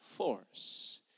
force